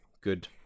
good